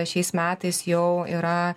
šiais metais jau yra